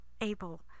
able